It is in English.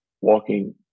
walking